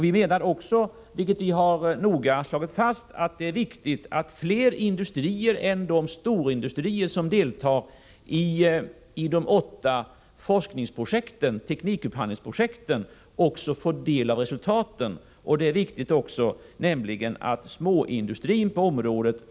Vi menar också, vilket vi noga har slagit fast, att det är viktigt att — Nr 79 fler industrier än de storindustrier som deltar i de åtta forskningsoch / ä i a z Måndagen den teknikupphandlingsprojekten får del av resultaten. Det gäller också småin 11 februari 1985 dustrin på området.